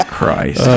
Christ